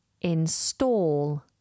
Install